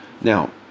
Now